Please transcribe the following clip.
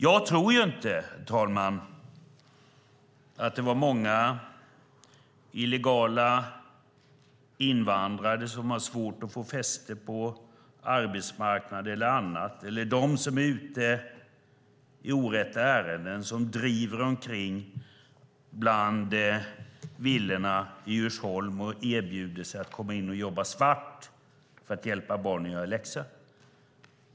Jag tror inte, herr talman, att det var så många illegala invandrare som har svårt att få fäste på arbetsmarknaden eller annat eller personer som är ute i orätta ärenden som driver omkring bland villorna i Djursholm och erbjuder sig att komma in och jobba svart för att hjälpa barnen att göra läxor.